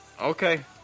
Okay